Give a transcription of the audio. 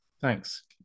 Thanks